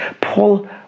Paul